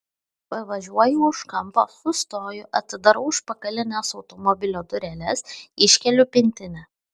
pavažiuoju už kampo sustoju atidarau užpakalines automobilio dureles iškeliu pintinę